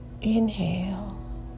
Inhale